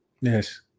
yes